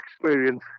experience